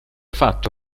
fatto